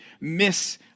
miss